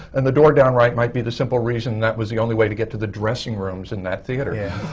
and the door down right might be the simple reason that was the only way to get to the dressing rooms in that theatre. yeah.